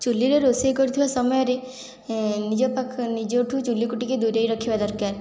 ଚୁଲିରେ ରୋଷେଇ କରୁଥିବା ସମୟରେ ନିଜ ପାଖରେ ନିଜ ଠାରୁ ଚୁଲିକୁ ଟିକିଏ ଦୂରେଇ ରଖିବା ଦରକାର